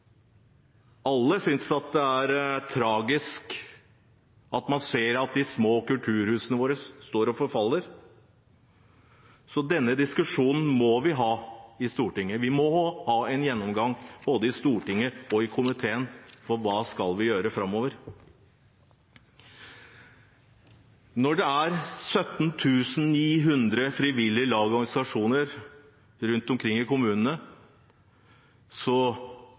Alle synes det er tragisk å se at de små kulturhusene våre står og forfaller, så denne diskusjonen må vi ha i Stortinget. Vi må ha en gjennomgang både i Stortinget og i komiteen om hva vi skal gjøre framover. Når det er 17 900 frivillige lag og organisasjoner rundt omkring i kommunene,